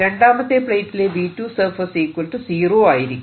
രണ്ടാമത്തെ പ്ലേറ്റിലെ V2surface 0 ആയിരിക്കും